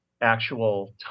actual